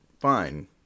fine